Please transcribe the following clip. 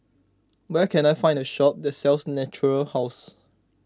where can I find a shop that sells Natura House